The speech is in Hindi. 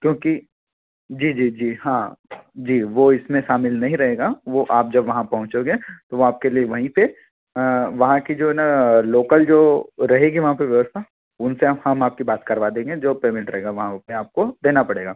क्योंकि जी जी जी हाँ जी वह इसमें शामिल नहीं रहेगा वह आप जब वहाँ पहुँचोगे तो आपके लिए वहीं पर वहाँ की जो न लोकल जो रहेगी वहाँ पर व्यवस्था उनसे हम हम आपकी बात करवा देंगे जो पेमेंट रहेगा वहाँ पर आपको देना पड़ेगा